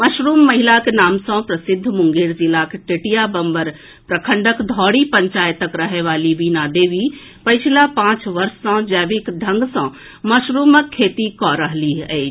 mushroom महिलाक नाम सँ प्रसिद्ध मुंगेर जिलाक टेटियाबंबर प्रखंडक धौरी पंचायतक रहए वाली बीणा देवी पछिला पांच वर्ष सँ जैविक तरीका सँ मशरूमक खेती कऽ रहलीह अछि